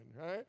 right